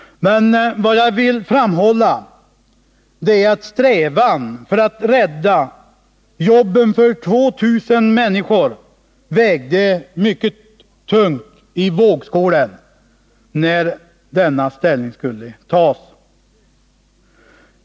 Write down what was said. Men vad jag vill framhålla är att strävan för att rädda jobben för 2000 människor vägde mycket tungt i vågskålen när ställning skulle tas.